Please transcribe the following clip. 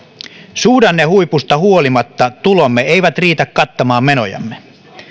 suhdannehuipusta huolimatta tulomme eivät riitä kattamaan menojamme